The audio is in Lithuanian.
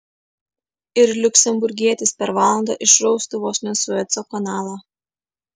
ir liuksemburgietis per valandą išraustų vos ne sueco kanalą